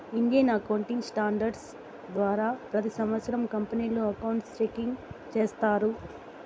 Indian accounting standards ద్వారా ప్రతి సంవత్సరం కంపెనీలు అకౌంట్ చెకింగ్ చేస్తాయి